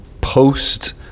post